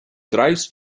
drives